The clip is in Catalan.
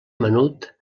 menut